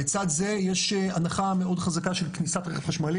לצד זה, יש הנחה מאוד חזקה של כניסת רכב חשמלי.